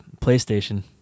PlayStation